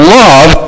love